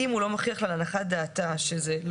"וכי אם לא יוכיח לה אחרת להנחת דעתה" שהרכב לא